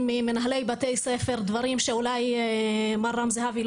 ממנהלי בתי ספר דברים שאולי מר רם זהבי,